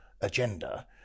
agenda